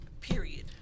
Period